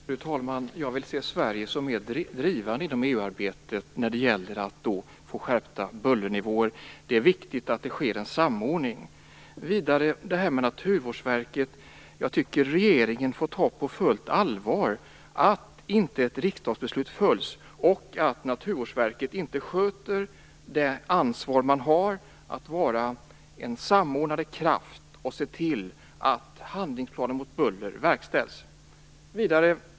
Fru talman! Jag vill se Sverige som mer drivande inom EU-arbetet för att skärpa bullernivåerna. Det är viktigt att det sker en samordning. Jag tycker att regeringen skall ta på fullt allvar att ett riksdagsbeslut inte följs och att Naturvårdsverket inte tar det ansvar man har att vara en samordnande kraft som ser till att handlingsplanen mot buller verkställs.